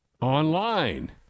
online